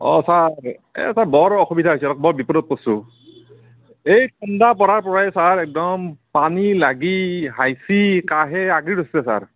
অঁ ছাৰ এই এটা বৰ অসুবিধা হৈছে অলপ বৰ বিপদত পৰিছোঁ এই ঠাণ্ডা পৰাৰ পৰাই ছাৰ একদম পানী লাগি হাইফি কাঁহে আগুৰি ধৰিছে ছাৰ